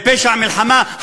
לפשע מלחמה,